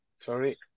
Sorry